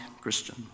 Christian